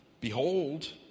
Behold